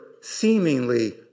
seemingly